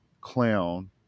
clown